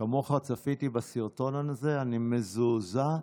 ואני מזועזע.